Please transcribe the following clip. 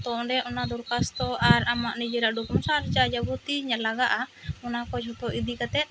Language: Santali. ᱛᱚ ᱚᱸᱰᱮ ᱚᱱᱟ ᱫᱚᱨᱠᱟᱥᱛᱚ ᱟᱨ ᱟᱢᱟᱜ ᱱᱤᱡᱮᱨᱟᱜ ᱰᱚᱠᱚᱢᱮᱱᱴᱥ ᱟᱨ ᱡᱟᱭ ᱡᱟᱵᱚᱛᱤ ᱧ ᱞᱟᱜᱟᱜᱼᱟ ᱚᱱᱟ ᱠᱚ ᱡᱷᱚᱛᱚ ᱤᱫᱤ ᱠᱟᱛᱮᱫ